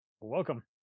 welcome